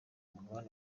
mugabane